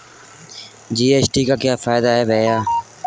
GST का क्या फायदा है भैया?